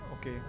okay